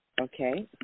okay